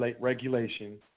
regulation